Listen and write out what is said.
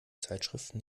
zeitschriften